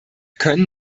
können